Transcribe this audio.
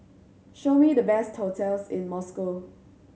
show me the best hotels in Moscow